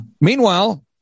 Meanwhile